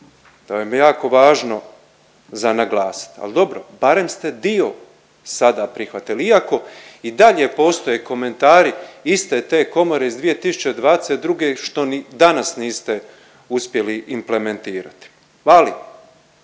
To vam je jako važno za naglasiti, ali dobro barem ste dio sada prihvatili, iako i dalje postoje komentari iste te komore iz 2022. što ni danas niste uspjeli implementirati. Ali